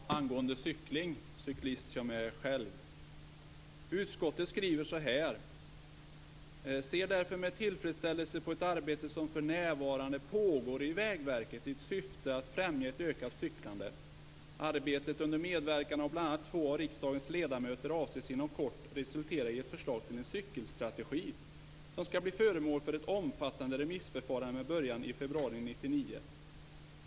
Herr talman! Min replik gäller cykling, cyklist som jag är. Utskottet skriver så här: "Utskottet - ser därför med tillfredsställelse på ett arbete som för närvarande pågår i Vägverket i syfte att främja ett ökat cyklande. Arbetet, under medverkan av bl.a. två av riksdagens ledamöter, avses inom kort resultera i ett förslag till en 'cykelstrategi', som skall bli föremål för ett omfattande remissförfarande med början i februari 1999.